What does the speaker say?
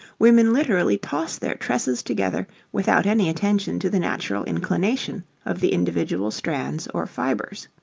women literally toss their tresses together without any attention to the natural inclination of the individual strands or fibres.